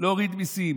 להוריד מיסים.